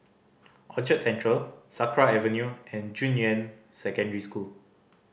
Orchard Central Sakra Avenue and Junyuan Secondary School